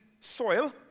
soil